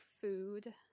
food